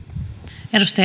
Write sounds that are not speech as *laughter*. arvoisa *unintelligible*